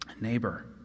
neighbor